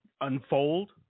unfold